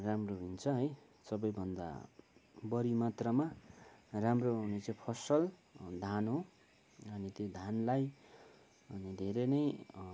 राम्रो हुन्छ है सबैभन्दा बडी मात्रमा राम्रो हुने चाहिँ फसल धान हो अनि त्यो धानलाई अनि धेरै नै